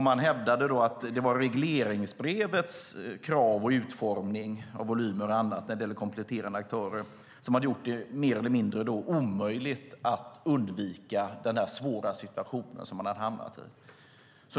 Man hävdade att det var regleringsbrevets krav och utformning av volymer och annat när det gällde kompletterande aktörer som hade gjort det mer eller mindre omöjligt att undvika den svåra situation som man hade hamnat i.